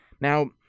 Now